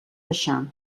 baixar